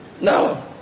No